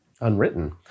unwritten